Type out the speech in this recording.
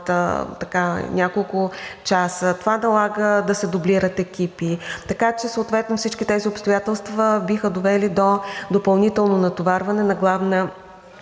няколко часа, това налага да се дублират екипи, така че съответно всички тези обстоятелства биха довели до допълнително натоварване на Главна